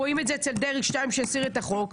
רואים את זה אצל דרעי 2 שהסיר את החוק.